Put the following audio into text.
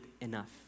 enough